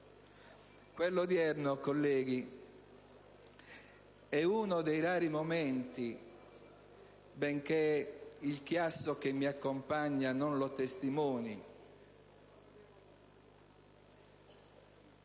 Presidente, colleghi, è uno dei rari momenti - benché il chiasso che mi accompagna non lo testimoni